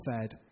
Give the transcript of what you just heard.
fed